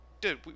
Dude